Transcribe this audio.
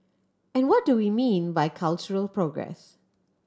and what do we mean by cultural progress